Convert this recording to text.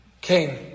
Cain